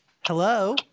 Hello